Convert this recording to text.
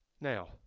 Now